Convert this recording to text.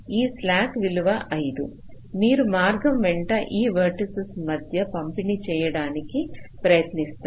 ఈ స్లాక్ విలువ 5 మీరు మార్గం వెంట ఈ వేర్టిసస్ మధ్య పంపిణీ చేయడానికి ప్రయత్నిస్తారు